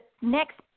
next